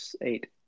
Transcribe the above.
Eight